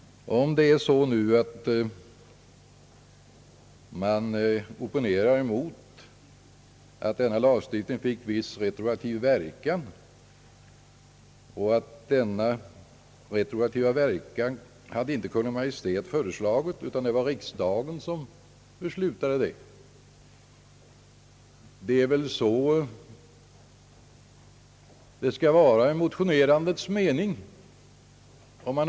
Om det nu är så, att man opponerar mot att denna lagstiftning fick viss retroaktiv verkan och att denna retroaktiva verkan icke hade föreslagits av Kungl. Maj:t utan beslutats av riksdagen, så ligger väl detta i motionerandets mening.